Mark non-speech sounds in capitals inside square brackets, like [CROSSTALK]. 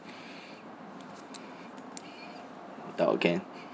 [BREATH] adult can